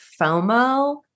FOMO